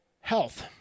health